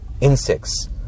insects